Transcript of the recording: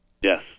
Yes